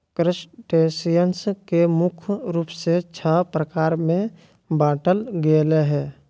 crustaceans के मुख्य रूप से छः प्रकार में बांटल गेले हें